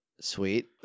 Sweet